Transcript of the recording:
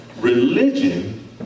Religion